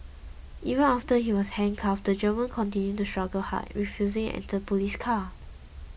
even after he was handcuffed the German continued to struggle hard refusing enter police car